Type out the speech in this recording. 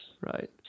Right